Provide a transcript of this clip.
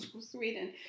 Sweden